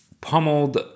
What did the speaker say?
pummeled